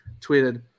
tweeted